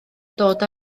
dod